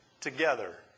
together